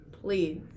please